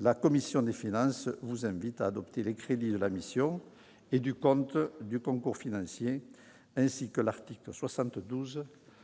la commission des finances vous invite à adopter les crédits de la mission et du compte de concours financiers, ainsi que l'article 72